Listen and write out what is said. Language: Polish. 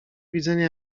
widzenia